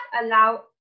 allow